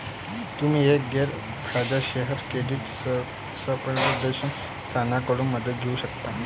तुम्ही एक गैर फायदेशीर क्रेडिट समुपदेशन संस्थेकडून मदत घेऊ शकता